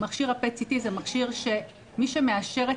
מכשיר ה- PET-CTהוא מכשיר שמי שמאשר את